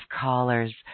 callers